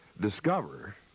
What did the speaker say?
discover